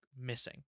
missing